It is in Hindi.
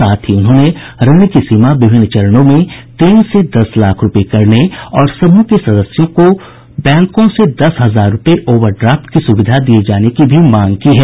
साथ ही उन्होंने ऋण की सीमा विभिन्न चरणों में तीन से दस लाख रूपये करने और समूह के सदस्यों को बैंकों से दस हजार रूपये ओवर ड्राफ्ट की सूविधा दिये जाने की भी मांग की है